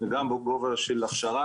וגם בכובע של הכשרה.